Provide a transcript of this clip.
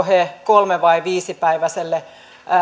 he kolme vai viisipäiväiseen